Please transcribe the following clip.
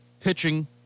pitching